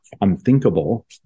unthinkable